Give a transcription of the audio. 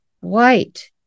White